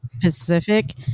Pacific